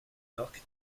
york